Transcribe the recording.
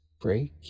break